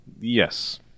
Yes